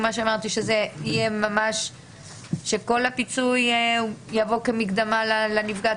כמו שאמרתי שכל הפיצוי יבוא כמקדמה לנפגעת